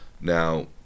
Now